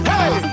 Hey